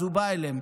אז הוא בא אליהם,